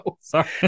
sorry